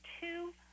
two